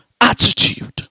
attitude